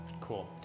Cool